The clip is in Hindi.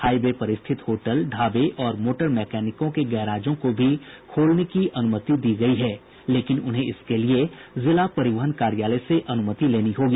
हाई वे पर स्थित होटल ढाबे और मोटर मैकेनिकों के गैराजों को भी खोलने की अनुमति दी गयी है लेकिन उन्हें इसके लिए जिला परिवहन कार्यालय से अनुमति लेनी होगी